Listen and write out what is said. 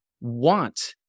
want